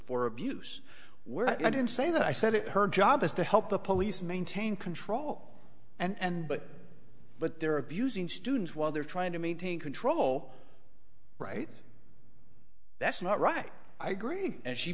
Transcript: for abuse when i didn't say that i said it her job is to help the police maintain control and but but they're abusing students while they're trying to maintain control right that's not right i agree and she